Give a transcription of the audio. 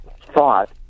thought